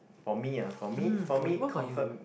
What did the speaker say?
for me ah for me for me comfort